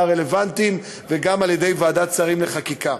הרלוונטיים וגם על-ידי ועדת שרים לחקיקה.